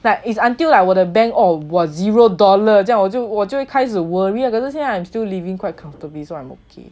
like is until like 我的 bank oh got zero dollar 这样我就我就开始 worry lah 可是现在 I'm still living quite comfortably so I'm okay